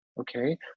okay